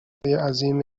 عظیم